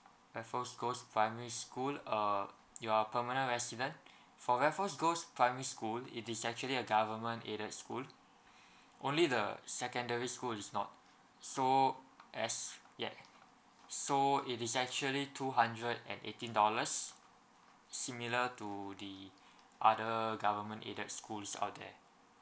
raffles girls primary school uh you are permanent resident for raffles girls primary school it is actually a government aided school only the secondary school is not so as yeah so it is actually two hundred and eighteen dollars similar to the other government aided schools out there